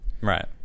Right